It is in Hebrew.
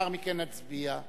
לאחר מכן נצביע.